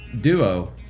duo